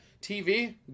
TV